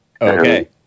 Okay